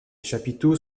chapiteaux